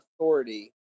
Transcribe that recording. authority